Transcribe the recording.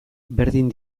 berdin